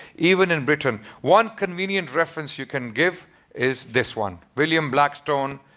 even in britain, one convenient reference you can give is this one. william blackstone,